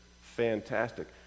Fantastic